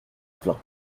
plain